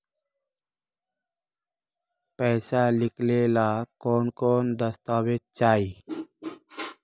पैसा निकले ला कौन कौन दस्तावेज चाहिए?